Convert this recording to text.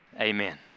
Amen